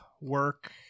work